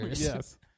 Yes